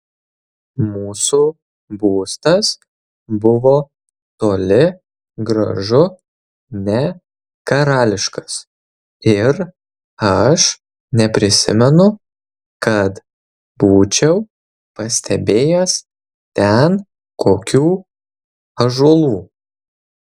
mūsų būstas buvo toli gražu ne karališkas ir aš neprisimenu kad būčiau pastebėjęs ten kokių ąžuolų